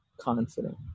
confident